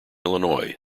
illinois